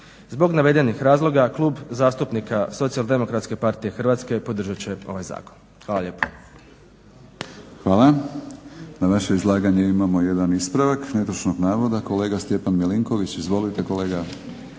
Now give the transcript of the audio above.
Zbog navedenih razloga Klub zastupnika SDP-a Hrvatske podržat će ovaj zakon. Hvala lijepo. **Batinić, Milorad (HNS)** Hvala. Na vaše izlaganje imamo jedan ispravak netočnog navoda, kolega Stjepan Milinković. Izvolite kolega.